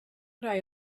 rij